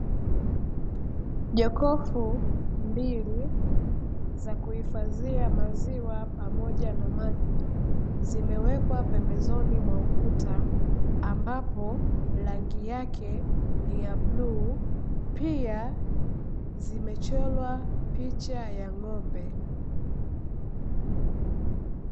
Jokofu mbili za kuhifadhia maziwa pamoja na maji zimewekwa pembezoni mwa ukuta, ambapo rangi yake ni ya bluu, pia zimechorwa picha ya ng'ombe.